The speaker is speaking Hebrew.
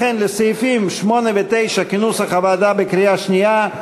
לכן, סעיפים 8 ו-9, כנוסח הוועדה, בקריאה שנייה.